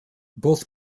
both